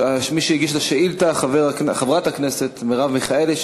מי שהגישה את השאילתה, חברת הכנסת מרב מיכאלי,